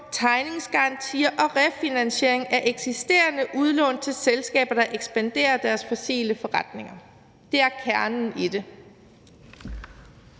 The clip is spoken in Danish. tegningsgarantier og refinansiering af eksisterende udlån til selskaber, der ekspanderer deres fossile forretninger. Det er kernen i det.